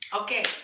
Okay